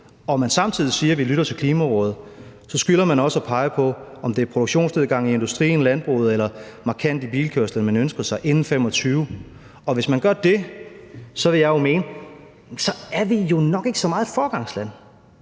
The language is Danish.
og samtidig siger, at man lytter til Klimarådet, så skylder man også at pege på, om det er produktionsnedgang i industrien, landbruget eller en markant begrænsning i bilkørslen, man ønsker sig inden 2025. Og hvis man gør det, vil jeg jo mene, at vi så nok ikke er så meget et foregangsland.